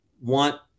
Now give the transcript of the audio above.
want